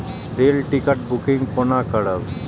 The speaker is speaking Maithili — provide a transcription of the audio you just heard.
रेल टिकट बुकिंग कोना करब?